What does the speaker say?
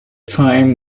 time